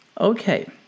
Okay